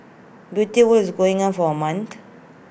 beauty world is going for A month